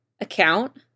Account